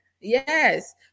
yes